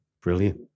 Brilliant